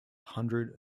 hundred